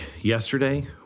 yesterday